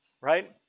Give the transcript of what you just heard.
right